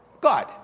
God